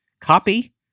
copy